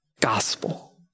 gospel